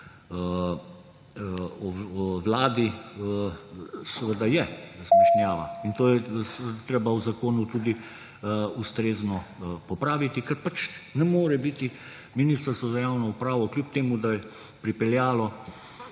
vladi. Seveda je zmešnjava in to je treba v zakonu tudi ustrezno popraviti, ker pač ne more biti Ministrstvo za javno upravo, kljub temu da je pripeljalo